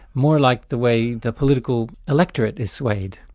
more like the way the political electorate is swayed.